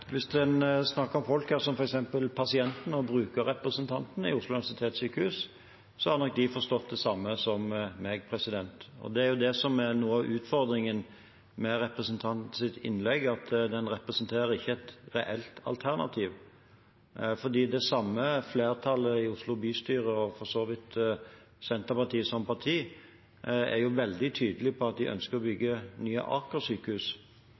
Hvis en snakker om folk, som f.eks. pasienten og brukerrepresentanten ved Oslo universitetssykehus, har nok de forstått det samme som meg. Det er det som er noe av utfordringen med representantens innlegg, at en representerer ikke et reelt alternativ. Det samme flertallet i Oslo bystyre, og for så vidt Senterpartiet som parti, er veldig tydelig på at de ønsker å bygge nye Aker sykehus.